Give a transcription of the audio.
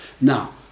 Now